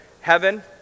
heaven